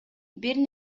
бир